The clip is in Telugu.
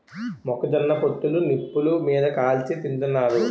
మొక్క జొన్న పొత్తులు నిప్పులు మీది కాల్చి తింతన్నారు